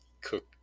cook